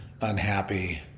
unhappy